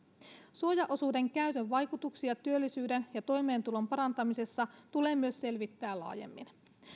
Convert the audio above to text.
suojaosuuden käytön vaikutuksia työllisyyden ja toimeentulon parantamisessa tulee myös selvittää laajemmin